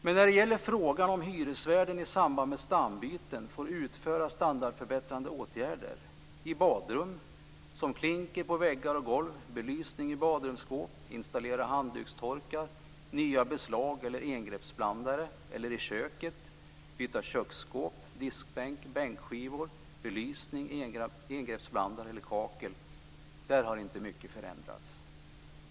Men när det gäller frågan om ifall hyresvärden i samband med stambyten får utföra standardförbättrande åtgärder i badrum - såsom klinker på väggar och golv, belysning i badrumsskåp, installera handdukstorkar, montera nya beslag eller engreppsblandare - eller i kök - i form av byte av köksskåp, diskbänk och bänkskivor, montering av belysning, engreppsblandare eller kakel - är det inte mycket som har förändrats.